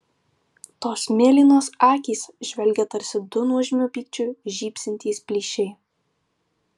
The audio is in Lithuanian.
tos mėlynos akys žvelgė tarsi du nuožmiu pykčiu žybsintys plyšiai